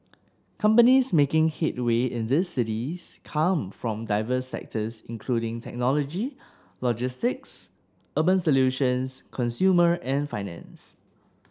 companies making headway in this cities come from diverse sectors including technology logistics urban solutions consumer and finance